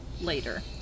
later